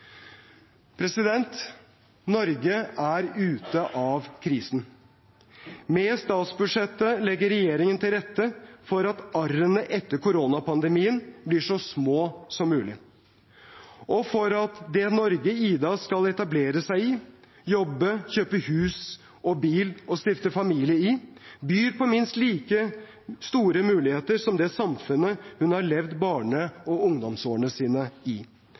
Norge er ute av krisen. Med statsbudsjettet legger regjeringen til rette for at arrene etter koronapandemien blir så små som mulig, og for at det Norge Ida skal etablere seg i, jobbe, kjøpe hus og bil og stifte familie i, byr på minst like store muligheter som det samfunnet hun har levd barne- og ungdomsårene sine i: